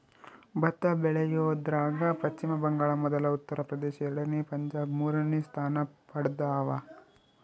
ಭತ್ತ ಬೆಳಿಯೋದ್ರಾಗ ಪಚ್ಚಿಮ ಬಂಗಾಳ ಮೊದಲ ಉತ್ತರ ಪ್ರದೇಶ ಎರಡನೇ ಪಂಜಾಬ್ ಮೂರನೇ ಸ್ಥಾನ ಪಡ್ದವ